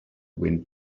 wind